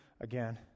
again